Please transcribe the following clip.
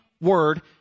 word